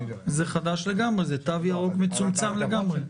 זה חדש לגמרי, זה תו ירוק מצומצם לגמרי.